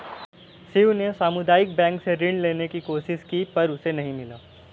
शिव ने सामुदायिक बैंक से ऋण लेने की कोशिश की पर उसे नही मिला